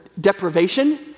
deprivation